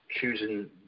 choosing